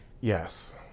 Yes